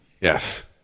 yes